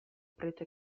prete